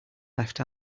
left